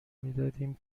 میدادیم